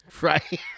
Right